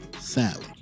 Sadly